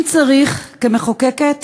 אם צריך, כמחוקקת